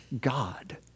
God